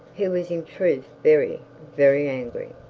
who was in truth, very, very angry.